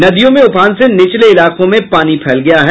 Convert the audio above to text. नदियों में उफान से निचले इलाके में पानी फैल गया है